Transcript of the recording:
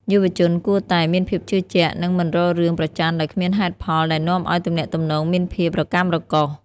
យុវជនគួរតែ "មានភាពជឿជាក់ និងមិនរករឿងប្រចណ្ឌដោយគ្មានហេតុផល" ដែលនាំឱ្យទំនាក់ទំនងមានភាពរកាំរកូស។